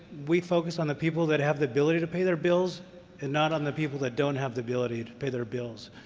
we focus on the people that have the ability to pay their bills and not on the people that don't have the ability to pay their bills,